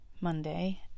Monday